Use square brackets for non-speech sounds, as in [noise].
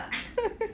[laughs]